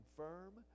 firm